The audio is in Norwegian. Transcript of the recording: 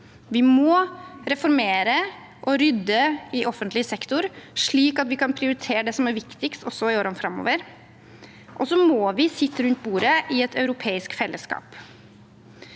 vi må reformere og rydde i offentlig sektor slik at vi kan prioritere det som er viktigst også i årene framover, og så må vi sitte rundt bordet i et europeisk fellesskap.